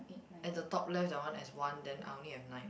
at the top left that one as one then I only have nine